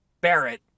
Barrett